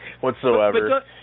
whatsoever